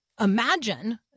imagine